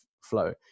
flow